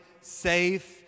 safe